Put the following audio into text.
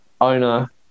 owner